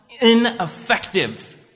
ineffective